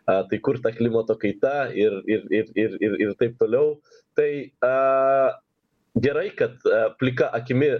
a tai kur ta klimato kaita ir ir ir ir ir ir taip toliau tai a gerai kad plika akimi